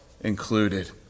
included